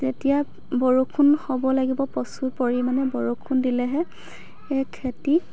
তেতিয়া বৰষুণ হ'ব লাগিব প্ৰচুৰ পৰিমাণে বৰষুণ দিলেহে খেতি